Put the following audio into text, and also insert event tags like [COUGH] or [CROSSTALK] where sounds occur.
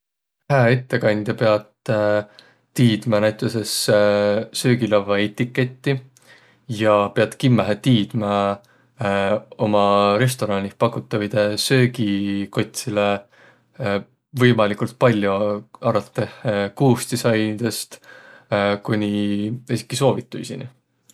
Hää etteknadja piät [HESITATION] tiidmä näütüses [HESITATION] söögilavva etiketti ja piät kimmähe tiidmä uma [HESITATION] uma restoraanih pakutavidõ söögi kotsilõ, Võimaligult pall'o arotõh kuustisainidõst kuni esiki soovituisini.